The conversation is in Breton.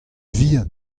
vihan